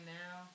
now